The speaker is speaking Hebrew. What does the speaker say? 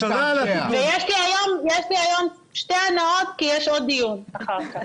יש לי היום שתי הנאות, כי יש עוד דיון אחר כך...